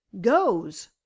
goes